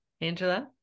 Angela